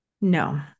no